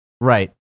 Right